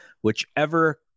whichever